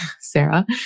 Sarah